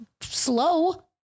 slow